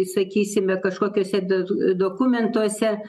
sakysime kažkokiuose do dokumentuose